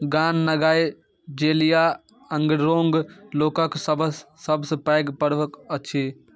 गान नगाइ जेलिया अङ्गरोङ्ग लोकक सभसँ सभसँ पैघ पर्व अछि